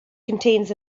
contains